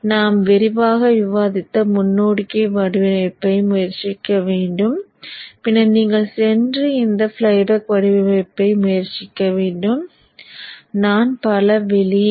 நாம் விரிவாக விவாதித்த முன்னோக்கி வடிவமைப்பை முயற்சிக்க வேண்டும் பின்னர் நீங்கள் சென்று இந்த ஃப்ளைபேக் வடிவமைப்பை முயற்சிக்க வேண்டும் நான் பல வெளியீடு